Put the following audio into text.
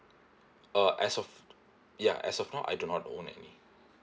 uh as of ya as of now I do not own any